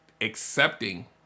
accepting